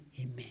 Amen